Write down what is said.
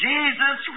Jesus